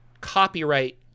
copyright